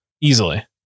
Easily